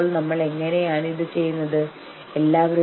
പക്ഷേ ഞങ്ങൾ അക്രമാസക്തരാകാൻ പോകുന്നില്ല